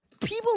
People